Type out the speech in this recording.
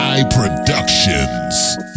Productions